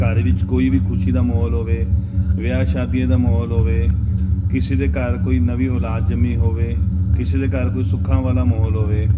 ਘਰ ਵਿੱਚ ਕੋਈ ਵੀ ਖੁਸ਼ੀ ਦਾ ਮਾਹੌਲ ਹੋਵੇ ਵਿਆਹ ਸ਼ਾਦੀਆਂ ਦਾ ਮਾਹੌਲ ਹੋਵੇ ਕਿਸੀ ਦੇ ਘਰ ਕੋਈ ਨਵੀਂ ਔਲਾਦ ਜੰਮੀ ਹੋਵੇ ਕਿਸੇ ਦੇ ਘਰ ਕੋਈ ਸੁੱਖਾਂ ਵਾਲਾ ਮਾਹੌਲ ਹੋਵੇ